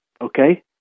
Okay